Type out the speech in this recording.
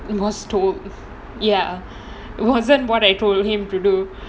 it was told wasn't what I told him to do